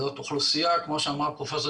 זאת אוכלוסייה כמו שאמר הפרופסור,